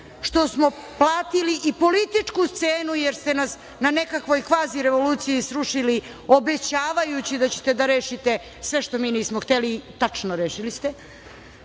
što smo platili i političku cenu, jer ste nas na nekakvoj kvazirevoluciji srušili, obećavajući da ćete da rešite sve što mi nismo hteli i tačno, rešili ste.